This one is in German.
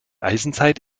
eisenzeit